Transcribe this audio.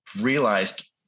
realized